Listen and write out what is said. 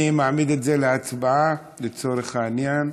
אני מעמיד את זה להצבעה לצורך העניין.